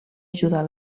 ajudar